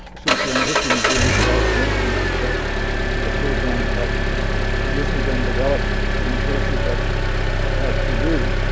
since we're in a history museum, we should also mention that the the program had originally been developed when perlis was at at purdue,